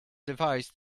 device